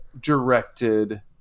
directed-